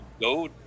go